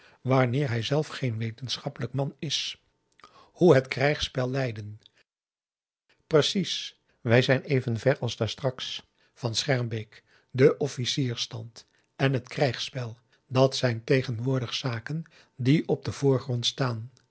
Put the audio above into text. wanneer hijzelf geen wetenschappelijk man is hoe het krggsspel leiden precies wij zijn even ver als daar straks van schermbeek de officiersstand en het krijgsspel dat zijn p a daum de van der lindens c s onder ps maurits tegenwoordig zaken die op den voorgrond staan